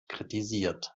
kritisiert